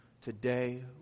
Today